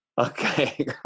Okay